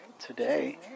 today